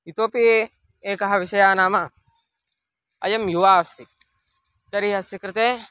इतोपि एकः विषयः नाम अयं युवा अस्ति तर्हि अस्य कृते